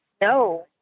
No